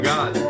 God